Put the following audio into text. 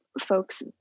folks